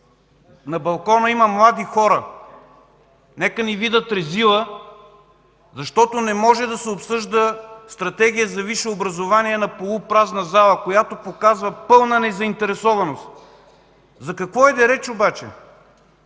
На балкона има млади хора. Нека ни видят резила, защото не може да се обсъжда Стратегия за висше образование на полупразна зала, която показва пълна незаинтересованост! За какво обаче